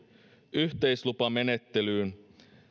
yhteislupamenettelyyn